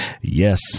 Yes